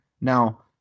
now